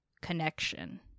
connection